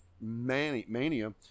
mania